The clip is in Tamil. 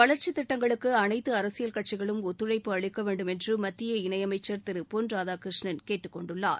வளர்ச்சிக் திட்டங்களுக்குஅனைத்துஅரசியல் கட்சிகளும் ஒத்துழைப்பு அளிக்கவேண்டும் என்றுமத்திய இணையமைச்சர் திருபொன் ராதாகிருஷ்ணன் கேட்டுக் கொண்டுள்ளார்